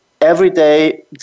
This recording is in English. everyday